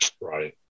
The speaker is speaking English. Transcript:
right